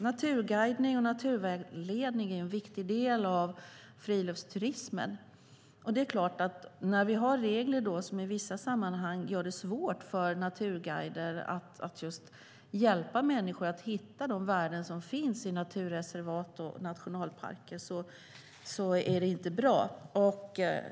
Naturguidning och naturvägledning är en viktig del av friluftsturismen, och det är klart att när vi har regler som i vissa sammanhang gör det svårt för naturguider att hjälpa människor att hitta de värden som finns i naturreservat och nationalparker är det inte bra.